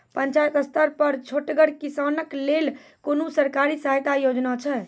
पंचायत स्तर पर छोटगर किसानक लेल कुनू सरकारी सहायता योजना छै?